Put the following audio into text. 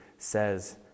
says